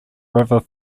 river